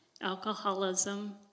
alcoholism